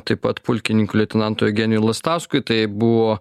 taip pat pulkininkui leitenantui eugenijui lastauskui tai buvo